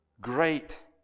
Great